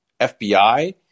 FBI